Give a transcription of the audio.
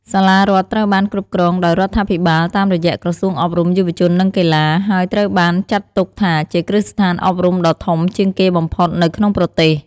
សាលារដ្ឋត្រូវបាន គ្រប់គ្រងដោយរដ្ឋាភិបាល តាមរយៈក្រសួងអប់រំ យុវជន និងកីឡា ហើយត្រូវបានចាត់ទុកថាជាគ្រឹះស្ថានអប់រំដ៏ធំជាងគេបំផុតនៅក្នុងប្រទេស។